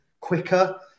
Quicker